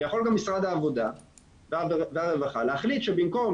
ויכול גם משרד העבודה והרווחה להחליט שבמקום